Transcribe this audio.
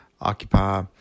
occupy